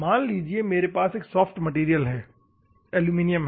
मान लेते हैं मेरे पास एक सॉफ्ट मैटेरियल एलुमिनियम है